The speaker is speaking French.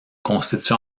constitue